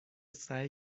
سعی